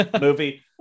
Movie